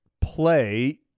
play